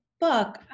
book